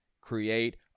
create